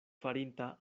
farinta